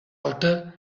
alta